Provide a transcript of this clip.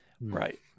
Right